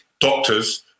doctors